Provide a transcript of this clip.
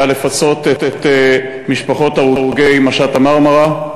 היה לפצות את משפחות הרוגי משט ה"מרמרה",